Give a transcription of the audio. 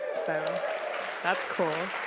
so that's cool.